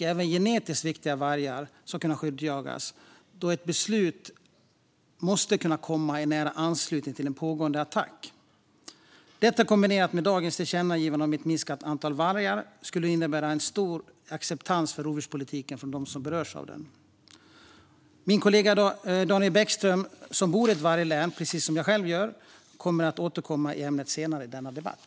Även genetiskt viktiga vargar ska kunna skyddsjagas, och ett beslut måste kunna komma i nära anslutning till en pågående attack. Detta kombinerat med dagens tillkännagivande om ett minskat antal vargar skulle innebära en stor acceptans för rovdjurspolitiken hos dem som berörs av den. Min kollega Daniel Bäckström, som bor i ett varglän, precis som jag själv gör, kommer att återkomma i ämnet senare i denna debatt.